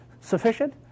sufficient